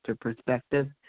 perspective